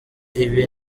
ibi